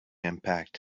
impact